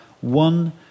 one